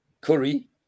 curry